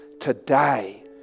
today